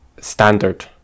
standard